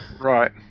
Right